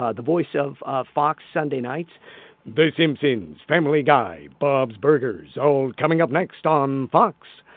ah the voice of fox sunday nights the simpsons, family guy, bob's burgers, all coming up next on fox.